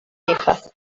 hijas